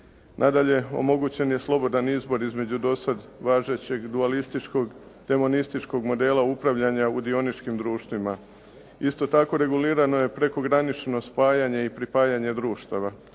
Nadalje, omogućen je slobodan izbor između dosad važećeg dualističkog demonističkog modela upravljanja u dioničkim društvima. Isto tako, regulirano je prekogranično spajanje i pripajanje društava.